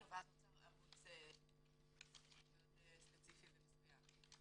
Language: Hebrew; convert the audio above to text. ואז נוצר ערוץ מאוד ספציפי ומסוים.